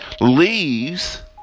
leaves